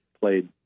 played